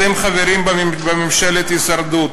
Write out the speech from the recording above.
אתם חברים בממשלת הישרדות,